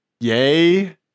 Yay